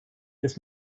this